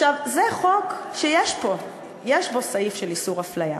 עכשיו, זה חוק שיש בו סעיף של איסור הפליה,